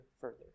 further